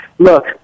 look